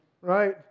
right